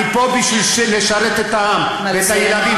אני פה בשביל לשרת את העם ואת הילדים,